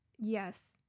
Yes